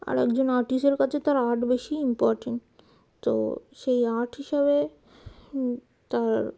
আর একজন আর্টিস্টের কাছে তার আর্ট বেশি ইম্পর্ট্যান্ট তো সেই আর্ট হিসাবে তার